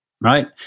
right